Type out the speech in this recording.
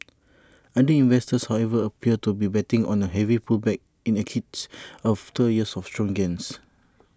other investors however appear to be betting on A heavy pullback in equities after years of strong gains